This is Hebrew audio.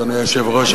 אדוני היושב-ראש,